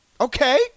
Okay